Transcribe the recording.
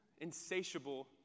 insatiable